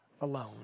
alone